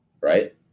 right